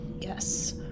Yes